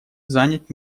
занять